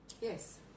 Yes